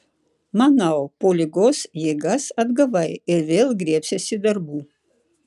manau po ligos jėgas atgavai ir vėl griebsiesi darbų